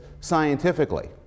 scientifically